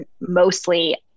mostly